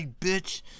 bitch